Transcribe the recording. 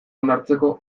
onartzeko